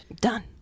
Done